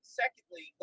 secondly